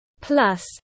Plus